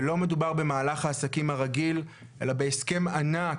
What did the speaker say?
שלא מדובר במהלך העסקים הרגיל, אלא בהסכם ענק,